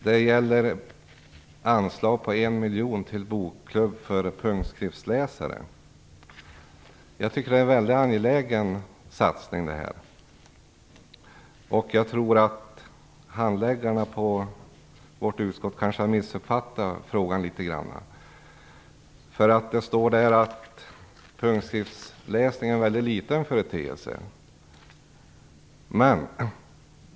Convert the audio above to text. Det gäller anslag på en miljon till bokklubb för punktskriftsläsare, som jag tycker är en väldigt angelägen satsning. Jag tror att handläggarna i utskottet kanske har missuppfattat frågan litet grand, för det står att punktskriftsläsning är en väldigt liten företeelse.